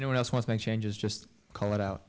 no one else was make changes just call it out